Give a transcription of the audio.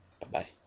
Bye-bye